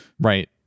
Right